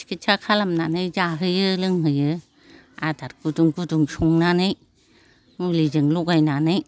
सिखिथ्सा खालामनानै जाहोयो लोंहोयो आदार गुदुं गुदुं संनानै मुलिजों लगायनानै